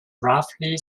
roughly